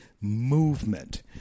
movement